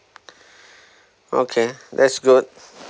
okay that's good